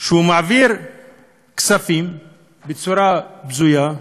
שמעביר כספים בצורה בזויה,